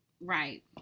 Right